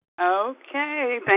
Okay